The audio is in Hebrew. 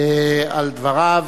על דבריו.